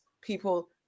People